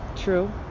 True